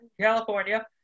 California